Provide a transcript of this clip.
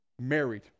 married